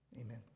amen